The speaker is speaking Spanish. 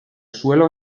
suelo